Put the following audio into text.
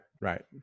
right